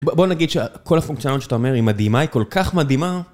בוא נגיד שכל הפונקציונליות שאתה אומר היא מדהימה היא כל כך מדהימה